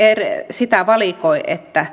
sitä valikoi